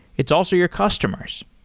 it's also your customers.